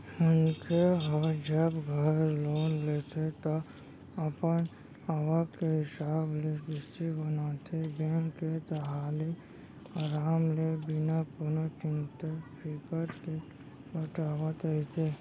मनखे ह जब घर लोन लेथे ता अपन आवक के हिसाब ले किस्ती बनाथे बेंक के ताहले अराम ले बिना कोनो चिंता फिकर के पटावत रहिथे